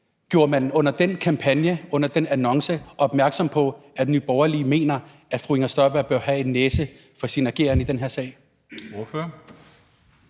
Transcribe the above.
Gjorde man under den kampagne, altså i forbindelse med den annonce, opmærksom på, at Nye Borgerlige mener, at fru Inger Støjberg bør have en næse for sin ageren i den her sag?